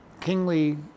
kingly